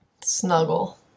Snuggle